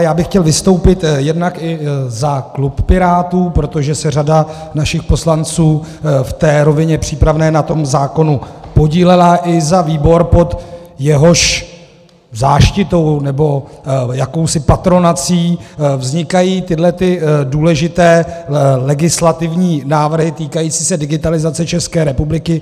Já bych chtěl vystoupit jednak i za klub Pirátů, protože se řada našich poslanců v rovině přípravné na zákonu podílela, i za výbor, pod jehož záštitou nebo jakousi patronací vznikají tyto důležité legislativní návrhy týkající se digitalizace České republiky.